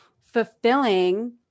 fulfilling